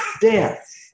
death